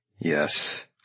Yes